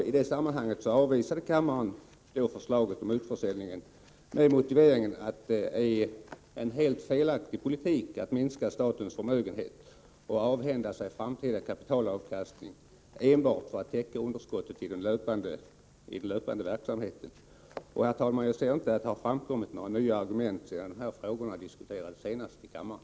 I det sammanhanget avvisade kammaren förslaget om utförsäljningen, med motiveringen att det är en helt felaktig politik att enbart för att täcka underskottet i den löpande verksamheten minska statens förmögenhet och avhända sig framtida kapitalavkastning. Herr talman! Jag finner inte att det har framkommit några nya argument sedan de här frågorna senast diskuterades i kammaren.